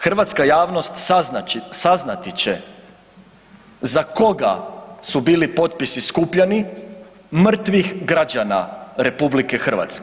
Hrvatska javnost saznati će za koga su bili potpisi skupljani mrtvih građana RH.